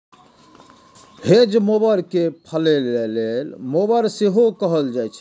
hedge mower कें फलैले mower सेहो कहल जाइ छै